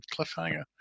cliffhanger